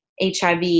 HIV